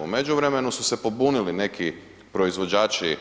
U međuvremenu su se pobunili neki proizvođači